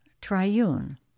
triune